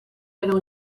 era